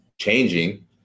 changing